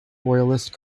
royalist